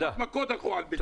ממש מכות הלכו על ביצים.